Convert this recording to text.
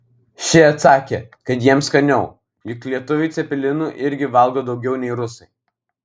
ši atsakė kad jiems skaniau juk lietuviai cepelinų irgi valgo daugiau nei rusai